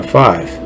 five